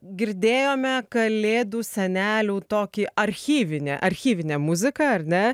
girdėjome kalėdų senelių tokį archyvinį archyvinę muziką ar ne